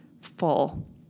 full